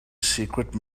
secret